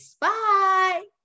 Bye